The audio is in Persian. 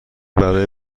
برای